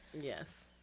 Yes